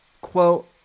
Quote